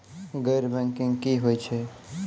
गैर बैंकिंग की होय छै?